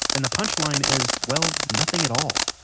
and the punchline is, well, nothing at all.